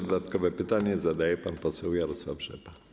Dodatkowe pytanie zadaje pan poseł Jarosław Rzepa.